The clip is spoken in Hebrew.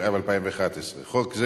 התשע"ב 2012. חוק זה,